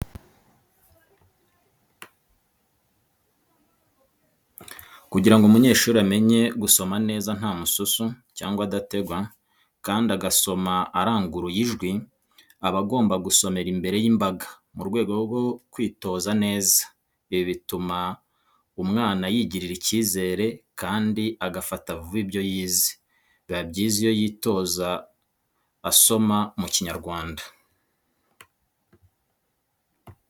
Kugira ngo umunyeshuri amenye gusoma neza nta mususu cyangwa adategwa kandi agasoma aranguruye ijwi, aba agomba gusomera imbere y'imbaga mu rwego rwo kwitoza neza. Ibi bituma umwana yigirira icyizere kandi agafata vuba ibyo yize. Biba byiza iyo yitoje asoma mu kinyarwanda.